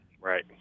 Right